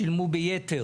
כמה שילמו ביתר?